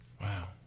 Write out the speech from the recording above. wow